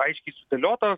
aiškiai sudėliotos